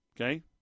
okay